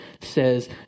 says